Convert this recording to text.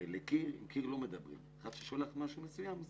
הרי אל קיר לא מדברים ואם אתה שולח משהו מסוים,